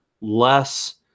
less